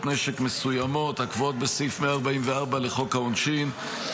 נשק מסוימות הקבועות בסעיף 144 לחוק העונשין,